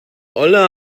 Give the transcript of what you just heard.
olle